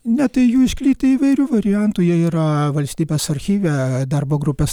ne tai jų iškritę įvairių variantų jie yra valstybės archyve darbo grupės